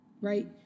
Right